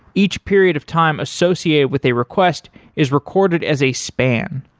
each period of time associated with a request is recorded as a span.